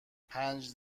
پنج